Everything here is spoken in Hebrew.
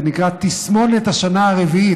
זה נקרא תסמונת השנה הרביעית,